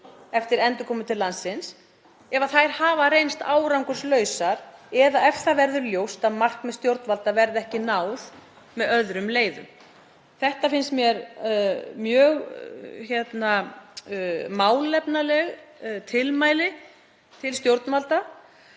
eftir endurkomu til landsins, hafa reynst árangurslausar eða ef ljóst verður að markmiðum stjórnvalda verði ekki náð með öðrum leiðum. Þetta finnst mér mjög málefnaleg tilmæli til stjórnvalda